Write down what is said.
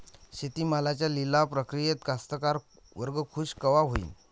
शेती मालाच्या लिलाव प्रक्रियेत कास्तकार वर्ग खूष कवा होईन?